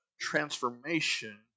transformation